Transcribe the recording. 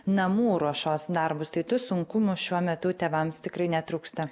namų ruošos darbus tai tų sunkumų šiuo metu tėvams tikrai netrūksta